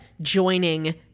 joining